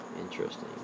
Interesting